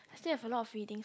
still have a lot of readings